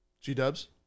G-dubs